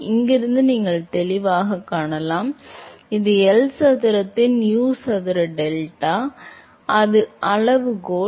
இங்கிருந்து நீங்கள் தெளிவாகக் காணலாம் இது எல் சதுரத்தின் U சதுர டெல்டா அதே அளவுகோல்